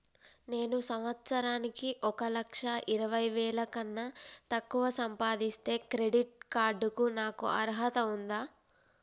నేను సంవత్సరానికి ఒక లక్ష ఇరవై వేల కన్నా తక్కువ సంపాదిస్తే క్రెడిట్ కార్డ్ కు నాకు అర్హత ఉందా?